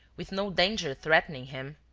with no danger threatening him.